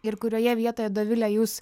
ir kurioje vietoje dovile jūs